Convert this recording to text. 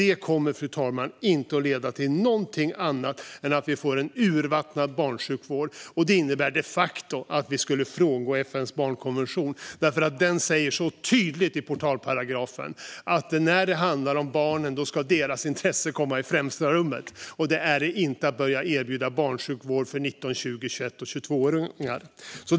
Det kommer, fru talman, inte att leda till någonting annat än att vi får en urvattnad barnsjukvård, och det innebär de facto att vi skulle frångå FN:s barnkonvention. Den säger nämligen tydligt i portalparagrafen att när det handlar om barnen ska deras intresse komma i främsta rummet, och det gör det inte om man börjar erbjuda barnsjukvård för 19, 20, 21 och 22-åringar.